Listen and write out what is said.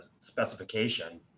specification